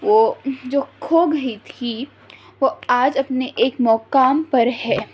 وہ جو کھو گئی تھی وہ آج اپنے ایک مقام پر ہے